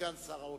כסגן שר האוצר.